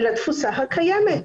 לתפוסה הקיימת.